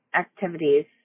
activities